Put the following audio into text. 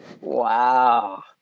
Wow